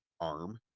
arm